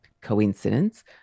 coincidence